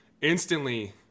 instantly